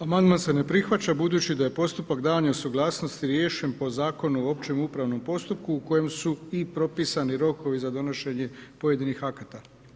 Amandman se ne prihvaća budući da je postupak davanja suglasnosti riješen po Zakonu o općem upravnom postupku u kojem su i propisani rokovi za donošenje pojedinih akata.